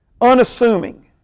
Unassuming